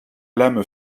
lame